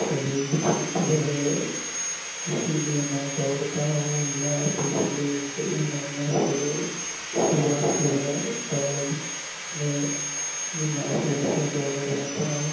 شریر فٹ رہے اسی لیے میں دوڑتا ہوں میں پچھلے کئی مہینوں سے صبح صبح دوڑنے میں صبح صبح دوڑنے جاتا ہوں